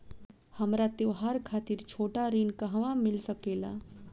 हमरा त्योहार खातिर छोटा ऋण कहवा मिल सकेला?